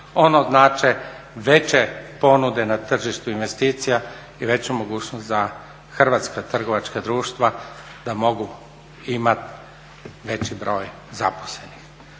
ono znače veće ponude na tržištu investicija i veću mogućnost da hrvatska trgovačka društva da mogu imat veći broj zaposlenih.